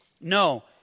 No